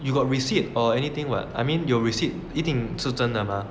you've got we see it or anything but I mean your receipt 一定是真的 mah